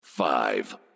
Five